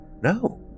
No